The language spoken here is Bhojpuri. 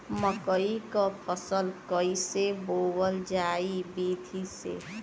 मकई क फसल कईसे बोवल जाई विधि से?